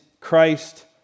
Christ